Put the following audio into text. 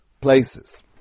places